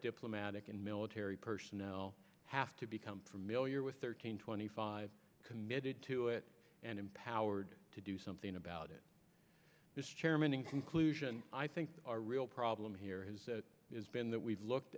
diplomatic and military personnel have to become familiar with thirteen twenty five committed to it and empowered to do something about it mr chairman in conclusion i think our real problem here is that it's been that we've looked